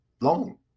long